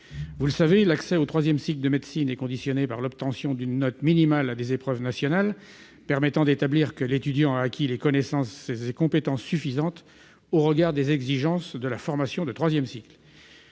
moins bien dotés. L'accès au troisième cycle de médecine est conditionné par l'obtention d'une note minimale à des épreuves nationales permettant d'établir que l'étudiant a acquis des connaissances et compétences suffisantes au regard des exigences de la formation de troisième cycle.